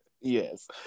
yes